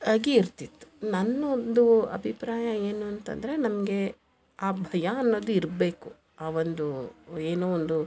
ಆಗಿ ಇರ್ತಿತ್ತು ನನ್ನೊಂದು ಅಭಿಪ್ರಾಯ ಏನು ಅಂತಂದರೆ ನಮಗೆ ಆ ಭಯ ಅನ್ನೋದಿರಬೇಕು ಆ ಒಂದು ಏನೋ ಒಂದು